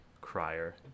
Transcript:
crier